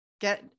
get